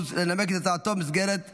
הצעות חוק לדיון מוקדם.